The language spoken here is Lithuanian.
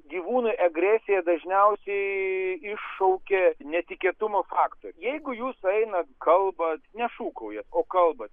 gyvūnui agresiją dažniausiai iššaukia netikėtumo faktorius jeigu jūs eina kalbat nešūkaujta o kalbat